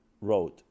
road